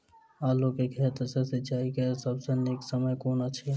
आलु केँ खेत मे सिंचाई केँ सबसँ नीक समय कुन अछि?